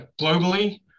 Globally